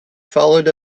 followed